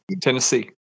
Tennessee